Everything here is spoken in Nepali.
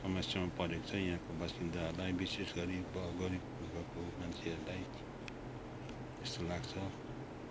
समस्यामा परेको छ यहाँको बासिन्दाहरूलाई विशेष गरी अब गरिबगुर्बाको मान्छेहरूलाई जस्तो लाग्छ